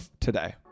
today